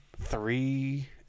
three